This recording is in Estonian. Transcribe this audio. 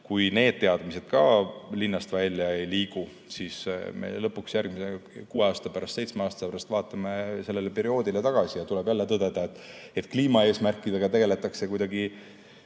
Kui need teadmised ka linnast välja ei liigu, siis me lõpuks järgmisena kuue-seitsme aasta pärast vaatame sellele perioodile tagasi ja siis tuleb jälle tõdeda, et kliimaeesmärkidega tegeldakse